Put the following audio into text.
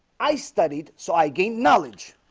i studied so i gained knowledge